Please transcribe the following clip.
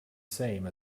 same